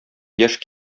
яшь